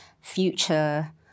future